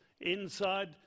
inside